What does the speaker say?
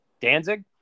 Danzig